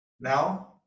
now